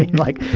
like,